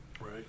Right